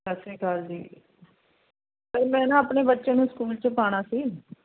ਸਤਿ ਸ਼੍ਰੀ ਅਕਾਲ ਜੀ ਅਤੇ ਮੈਂ ਨਾ ਆਪਣੇ ਬੱਚੇ ਨੂੰ ਸਕੂਲ 'ਚ ਪਾਉਣਾ ਸੀ